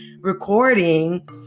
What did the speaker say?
recording